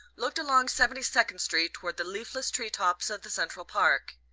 looked along seventy-second street toward the leafless tree-tops of the central park.